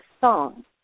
song